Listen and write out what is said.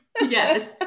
Yes